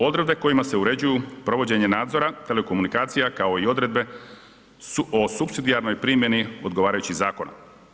Odredbe kojima se uređuju provođenje nadzora telekomunikacija, kao i odredbe o supsidijarnoj primjeni odgovarajućih zakona.